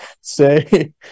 say